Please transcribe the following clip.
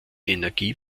energie